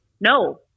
No